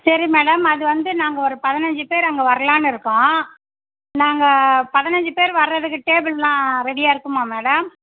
சரி மேடம் அது வந்து நாங்கள் ஒரு பதினைஞ்சு பேர் அங்கே வரலான்னு இருக்கோம் நாங்கள் பதினைஞ்சு பேர் வரதுக்கு டேபிளெலாம் ரெடியாக இருக்குமா மேடம்